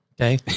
Okay